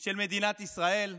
של מדינת ישראל,